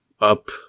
up